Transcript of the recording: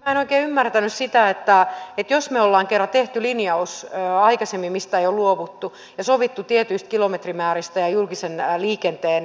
minä en oikein ymmärtänyt sitä että jos me olemme kerran tehneet aikaisemmin linjauksen mistä ei ole luovuttu ja sopineet tietyistä kilometrimääristä ja julkisen liikenteen